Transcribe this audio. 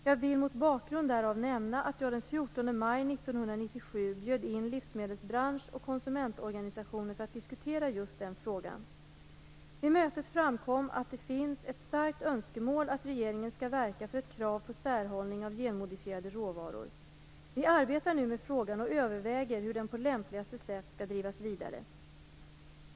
Jag vill mot bakgrund därav nämna att jag den 14 maj 1997 bjöd in livsmedelsbranschen och konsumentorganisationer för att diskutera just den frågan. Vid mötet framkom att det finns ett starkt önskemål att regeringen skall verka för ett krav på särhållning av genmodifierade råvaror. Vi arbetar nu med frågan och överväger hur den på lämpligaste sätt skall drivas vidare.